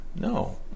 No